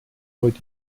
heute